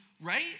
right